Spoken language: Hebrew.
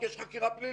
כי יש חקירה פלילית.